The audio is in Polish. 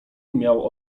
miał